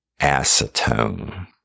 acetone